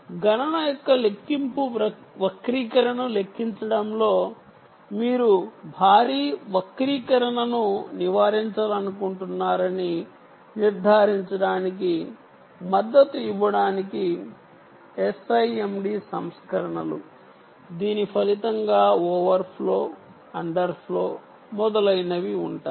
గణన యొక్క లెక్కింపు వక్రీకరణను లెక్కించడంలో మీరు భారీ వక్రీకరణలను నివారించాలనుకుంటున్నారని నిర్ధారించడానికి మద్దతు ఇవ్వడానికి SIMD సంస్కరణలు దీని ఫలితంగా ఓవర్ఫ్లో అండర్ ఫ్లో మొదలైనవి ఉంటాయి